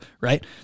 right